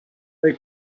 they